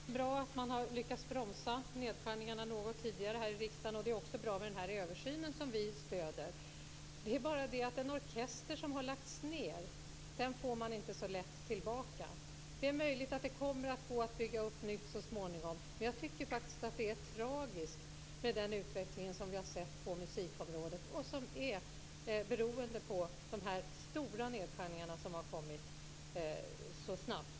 Fru talman! Det är bra att man har lyckats bromsa nedskärningarna något tidigare här i riksdagen. Det är också bra med den här översynen, som vi stöder. Men en orkester som lagts ned får man inte så lätt tillbaka. Det är möjligt att det går att bygga upp nytt så småningom men jag tycker faktiskt att det är tragiskt med den utveckling som vi har sett på musikområdet, beroende på de stora nedskärningar som kommit så snabbt.